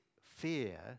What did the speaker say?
fear